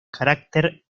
carácter